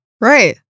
Right